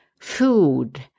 food